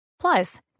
Plus